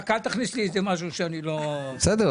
רק אל תכניס לי משהו שאני לא --- בסדר.